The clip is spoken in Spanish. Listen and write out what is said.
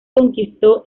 conquistó